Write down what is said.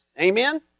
Amen